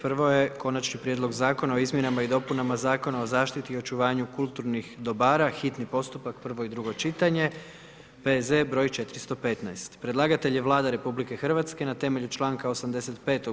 Prvo je: - Konačni prijedlog zakona o izmjenama i dopunama Zakona o zaštiti i očuvanju kulturnih dobara, hitni postupak, prvo i drugo čitanje, P.Z. br. 415 Predlagatelj je Vlada RH temeljem članka 85.